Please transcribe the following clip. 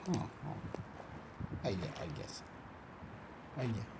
ହଁ ହଁ ଆଜ୍ଞା ଆଜ୍ଞା ସାର୍ ଆଜ୍ଞା